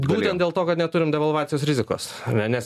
būtent dėl to kad neturim devalvacijos rizikos ar ne nes